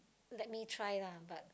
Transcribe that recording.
let me try lah but